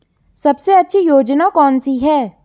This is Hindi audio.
सबसे अच्छी योजना कोनसी है?